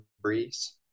breeze